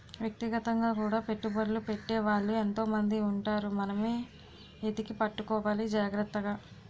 వ్యక్తిగతంగా కూడా పెట్టుబడ్లు పెట్టే వాళ్ళు ఎంతో మంది ఉంటారు మనమే ఎతికి పట్టుకోవాలి జాగ్రత్తగా